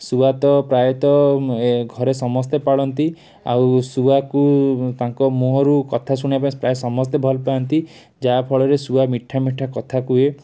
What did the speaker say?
ଶୁଆ ତ ପ୍ରାୟତଃ ଏ ଘରେ ସମସ୍ତେ ପାଳନ୍ତି ଆଉ ଶୁଆକୁ ତାଙ୍କ ମୁହଁରୁ କଥା ଶୁଣିବା ପାଇଁ ପ୍ରାୟ ସମସ୍ତେ ଭଲ ପାଆନ୍ତି ଯାହାଫଳରେ ଶୁଆ ମିଠାମିଠା କଥା କୁହେ